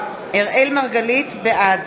מרגלית, בעד